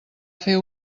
fer